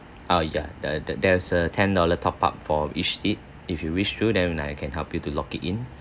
oh ya err there there's a ten dollar top up for each trip if you wish to then I can help you to lock it in